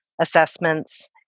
assessments